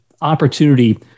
opportunity